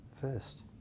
first